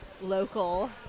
local